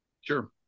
sure